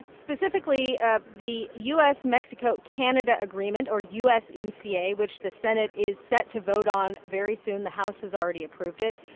specifically ah the u s mexico-canada agreement or usmca, which the senate is set to vote on very soon. the house has already approved it.